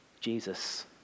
Jesus